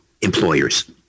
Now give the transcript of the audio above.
employers